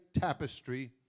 tapestry